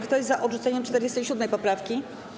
Kto jest za odrzuceniem 47. poprawki?